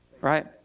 Right